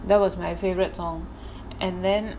that was my favourite song and then